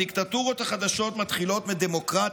הדיקטטורות החדשות מתחילות מדמוקרטיה,